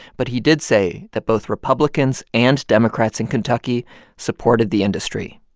but he did say that both republicans and democrats in kentucky supported the industry.